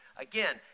Again